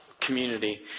community